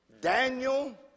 Daniel